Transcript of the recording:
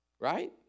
Right